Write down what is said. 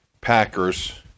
Packers